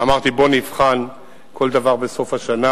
אמרתי: בואו נבחן כל דבר בסוף השנה.